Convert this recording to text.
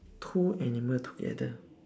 two animal together